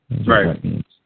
Right